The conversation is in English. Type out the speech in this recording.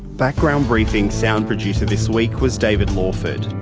background briefing's sound producer this week was david lawford.